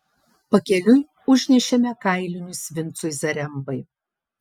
pakeliui užnešėme kailinius vincui zarembai